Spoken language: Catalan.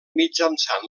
mitjançant